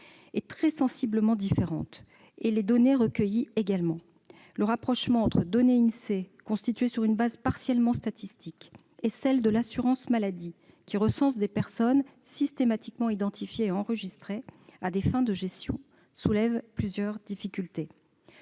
est très sensiblement différente, comme les données recueillies. Le rapprochement entre les données de l'Insee, constituées sur une base partiellement statistique, et celles de l'assurance maladie, qui recense des personnes systématiquement identifiées et enregistrées à des fins de gestion, soulève plusieurs difficultés.